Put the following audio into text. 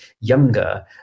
younger